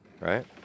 right